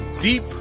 deep